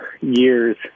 years